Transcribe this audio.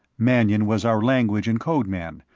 mannion was our language and code man.